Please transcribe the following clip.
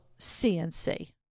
CNC